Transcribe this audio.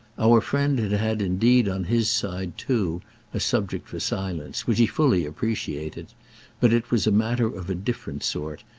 our friend had had indeed on his side too a subject for silence, which he fully appreciated but it was a matter of a different sort,